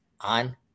on